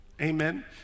amen